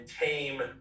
tame